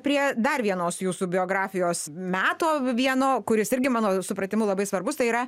prie dar vienos jūsų biografijos meto vieno kuris irgi mano supratimu labai svarbus tai yra